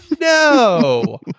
no